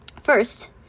First